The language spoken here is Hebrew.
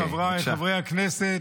חבריי חברי הכנסת,